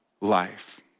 life